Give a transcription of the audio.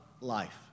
life